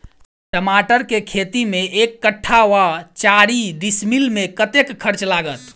टमाटर केँ खेती मे एक कट्ठा वा चारि डीसमील मे कतेक खर्च लागत?